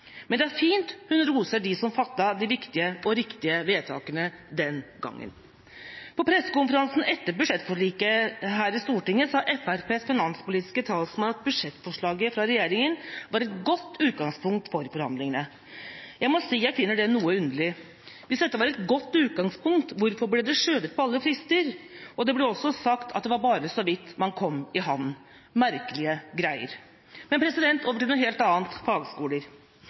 Men det er fint at hun roser dem som fattet de viktige og riktige vedtakene den gangen. På pressekonferansen etter budsjettforliket her i Stortinget sa Fremskrittspartiets finanspolitiske talsmann at budsjettforslaget fra regjeringa var et godt utgangspunkt for forhandlingene. Jeg må si jeg finner det noe underlig. Hvis dette var et godt utgangspunkt, hvorfor ble det skjøvet på alle frister? Det ble også sagt at det var bare så vidt man kom i havn. – Merkelige greier. Så over til noe helt annet – fagskoler: